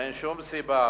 אין שום סיבה